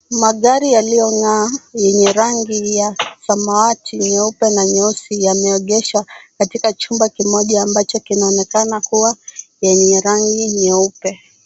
Magari yaliyong'aa yenye rangi ya samwati, nyeupe na nyeusi yameegeshwa katika chumba kimoja ambacho kinachoonekana kuwa yenye rangi nyeupe.